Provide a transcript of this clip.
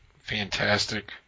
fantastic